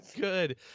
Good